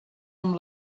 amb